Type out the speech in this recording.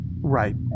Right